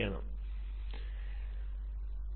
വിദ്യാർത്ഥി അതെ